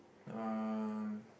uh